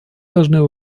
должны